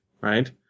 right